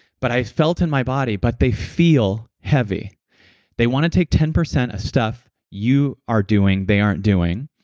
but i felt in my body, but they feel heavy they want to take ten percent of stuff you are doing, they aren't doing.